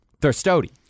Thirstody